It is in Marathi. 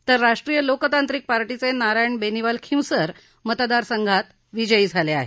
तर राष्ट्रीय लोक तांत्रिक पार्शीवे नारायण बेनिवाल खिंवसर मतदारसंघात विजयी झाले आहेत